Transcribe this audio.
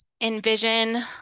Envision